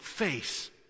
Face